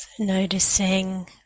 Noticing